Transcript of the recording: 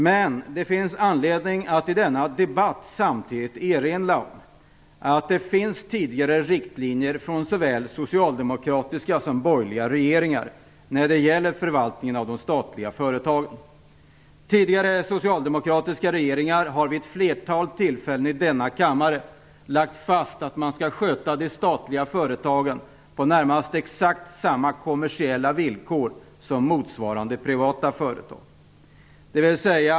Men det finns anledning att i denna debatt samtidigt erinra om att det finns tidigare riktlinjer från såväl socialdemokratiska som borgerliga regeringar när det gäller förvaltningen av de statliga företagen. Tidigare socialdemokratiska regeringar har vid ett flertal tillfällen i denna kammare lagt fast att man skall sköta de statliga företagen på närmast exakt samma kommersiella villkor som gäller för motsvarande privata företag.